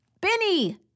Benny